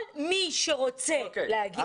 כל מי שרוצה להגיש,